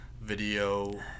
video